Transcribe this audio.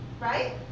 Right